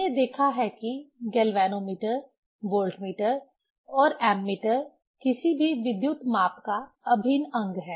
हमने देखा है कि गैल्वेनोमीटर वोल्टमीटर और एमीटर किसी भी विद्युत माप का अभिन्न अंग हैं